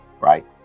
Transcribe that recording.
right